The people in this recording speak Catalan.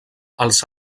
als